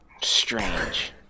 Strange